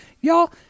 Y'all